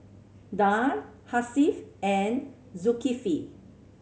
Dhia Hasif and Zulkifli